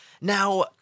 Now